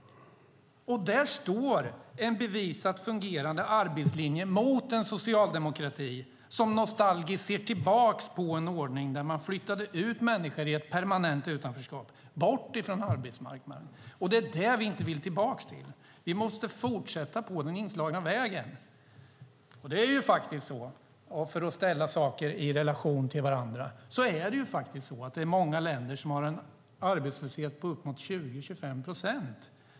Där står en bevisat fungerande arbetslinje mot en socialdemokrati som nostalgiskt ser tillbaka på en ordning där man flyttade ut människor i ett permanent utanförskap, bort från arbetsmarknaden. Det är detta som vi inte vill tillbaka till. Vi måste fortsätta på den inslagna vägen. För att ställa saker i relation till varandra är det faktiskt så att det är många länder som har en arbetslöshet på uppemot 20-25 procent.